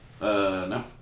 No